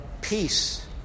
peace